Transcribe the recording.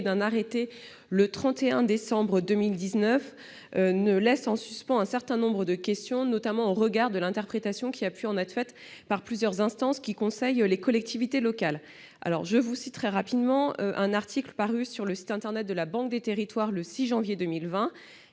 d'un arrêté le 30 décembre 2019 laisse en suspens un certain nombre de questions, notamment au regard de l'interprétation qui a pu en être faite par plusieurs instances qui conseillent les collectivités locales. Selon un article paru sur le site internet de la Banque des territoires le 6 janvier 2020,